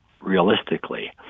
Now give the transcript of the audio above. realistically